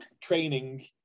training